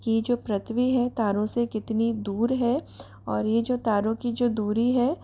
कि जो पृथ्वी है तारों से कितनी दूर है और ये जो तारों की जो दूरी है